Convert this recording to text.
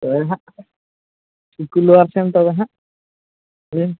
ᱛᱚᱵᱮᱦᱟᱜ